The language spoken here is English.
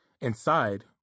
Inside